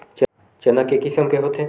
चना के किसम के होथे?